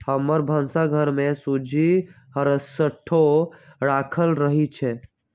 हमर भन्सा घर में सूज्ज़ी हरसठ्ठो राखल रहइ छै